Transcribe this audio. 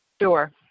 Sure